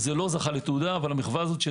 זה לא זכה לתהומה אבל המחווה הזאת של